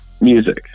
music